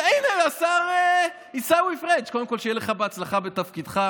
הינה, השר עיסאווי פריג',